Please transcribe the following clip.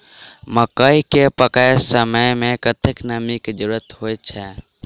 मकई केँ पकै समय मे कतेक नमी केँ जरूरत होइ छै?